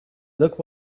look